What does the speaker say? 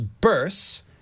bursts